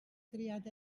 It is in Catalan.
triat